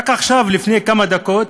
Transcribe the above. רק עכשיו, לפני כמה דקות,